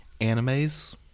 Animes